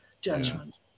judgment